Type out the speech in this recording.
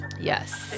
Yes